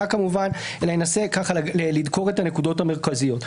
אלא אנסה לציין את הנקודות המרכזיות.